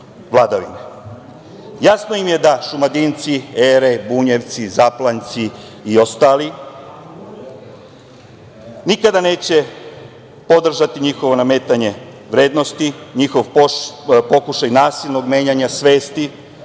im je da Šumadinci, Ere, Bunjevci, Zaplanjci i ostali, nikada neće podržati njihovo nametanje vrednosti, njihov pokušaj nasilnog menjanja svesti,